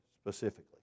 specifically